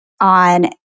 on